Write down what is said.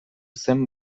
zen